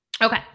Okay